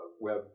web